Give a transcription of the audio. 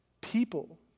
People